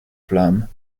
flammes